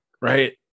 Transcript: right